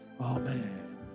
Amen